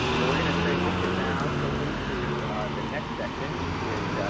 but we're going to transition now quickly to the next section, which,